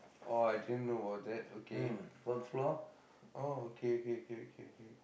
orh I didn't know about that okay orh okay okay okay okay okay